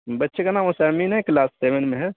بچے کا نام عثیمین ہے کلاس سیون میں ہے